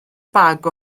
bag